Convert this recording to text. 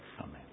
Amen